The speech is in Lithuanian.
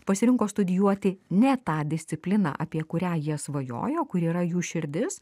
pasirinko studijuoti ne tą discipliną apie kurią jie svajojo kur yra jų širdis